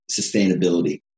sustainability